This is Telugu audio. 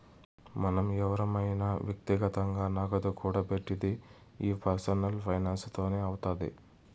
మనం ఎవురమైన వ్యక్తిగతంగా నగదు కూడబెట్టిది ఈ పర్సనల్ ఫైనాన్స్ తోనే అవుతాది